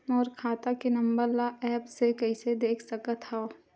मोर खाता के नंबर ल एप्प से कइसे देख सकत हव?